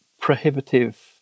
prohibitive